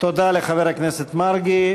תודה לחבר הכנסת מרגי,